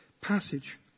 passage